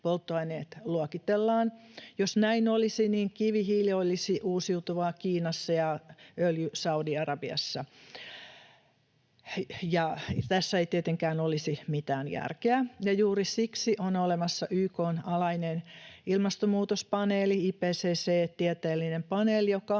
polttoaineet luokitellaan. Jos näin olisi, niin kivihiili olisi uusiutuvaa Kiinassa ja öljy Saudi-Arabiassa. Tässä ei tietenkään olisi mitään järkeä. Ja juuri siksi on olemassa YK:n alainen ilmastonmuutospaneeli IPCC, tieteellinen paneeli, joka